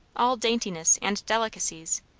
all daintinesses and delicacies,